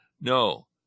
no